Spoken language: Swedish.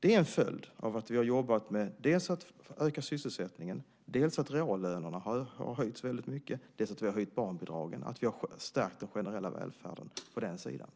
Det är en följd av att vi har jobbat med att dels öka sysselsättningen, dels höja reallönerna, dels höja barnbidragen. Dessutom har vi stärkt hela välfärden på den sidan.